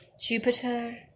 Jupiter